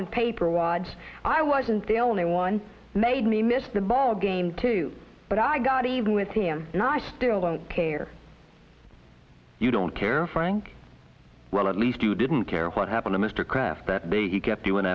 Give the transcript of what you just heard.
on paper wads i wasn't the only one made me miss the ball game too but i got even with him and i still don't care you don't care frank well at least you didn't care what happened to mr kraft that day he kept